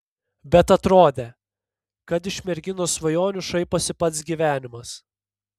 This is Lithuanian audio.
bet atrodė kad iš merginos svajonių šaiposi pats gyvenimas